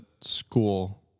school